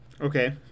Okay